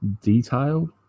detailed